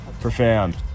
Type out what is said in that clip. Profound